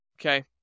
Okay